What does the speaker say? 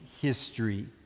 history